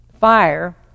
Fire